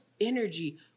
energy